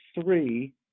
three